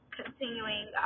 continuing